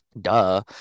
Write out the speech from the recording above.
duh